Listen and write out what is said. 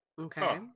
Okay